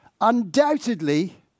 undoubtedly